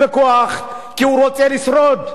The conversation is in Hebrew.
אדם רעב יעשה הכול כדי לשרוד.